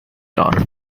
daughter